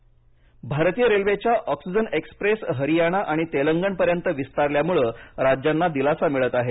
oxygen ex भारतीय रेल्वेच्या oxygen express Haryana आणि तेलंगणापर्यंत विस्तारल्यामुळे राज्यांना दिलासा मिळत आहे